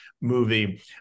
movie